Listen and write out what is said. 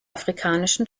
afrikanischen